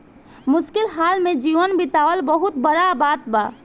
मुश्किल हाल में जीवन बीतावल बहुत बड़का बात बा